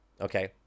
okay